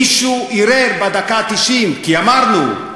מישהו ערער בדקה התשעים, כי אמרנו: